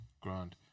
Grand